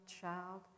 child